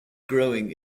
growing